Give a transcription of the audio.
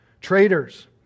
Traitors